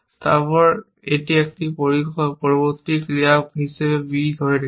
তারপর এটি একটি পরবর্তী ক্রিয়া হিসাবে b ধরে রেখেছে